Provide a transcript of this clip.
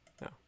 no